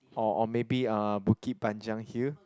or or maybe uh Bukit-Panjang hill